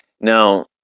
Now